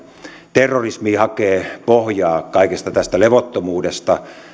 terrorismi hakee pohjaa kaikesta tästä levottomuudesta